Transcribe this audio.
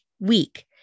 week